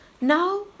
Now